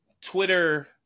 twitter